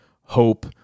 hope